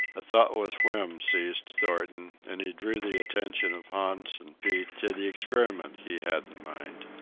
a thoughtless whim seized thornton, and he drew the attention of hans and pete to the experiment he had in mind.